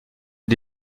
est